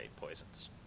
poisons